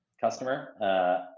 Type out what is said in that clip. customer